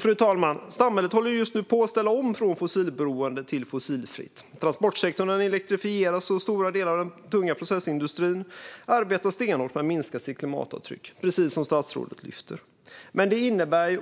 Fru talman! Samhället håller just nu på att ställa om från fossilberoende till fossilfritt. Transportsektorn elektrifieras, och stora delar av den tunga processindustrin arbetar stenhårt med att minska sitt klimatavtryck, precis som statsrådet lyfter fram.